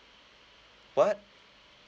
what